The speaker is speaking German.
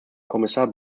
kommissar